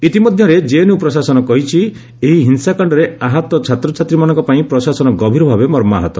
ଇତିମଧ୍ୟରେ ଜେଏନ୍ୟୁ ପ୍ରଶାସନ କହିଛି ଏହି ହିଂସାକାଣ୍ଡରେ ଆହତ ଛାତ୍ରଛାତ୍ରୀମାନଙ୍କ ପାଇଁ ପ୍ରଶାସନ ଗଭୀର ଭାବେ ମର୍ମାହତ